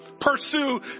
Pursue